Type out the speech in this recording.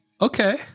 Okay